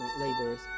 laborers